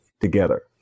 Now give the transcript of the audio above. together